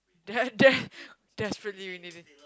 de~ de~ desperately we need it